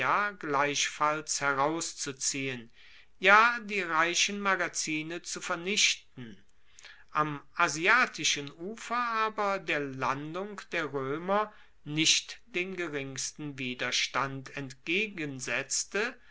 gleichfalls herauszuziehen ja die reichen magazine zu vernichten am asiatischen ufer aber der landung der roemer nicht den geringsten widerstand entgegensetzte